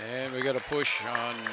and we've got to push on